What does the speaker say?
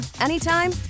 anytime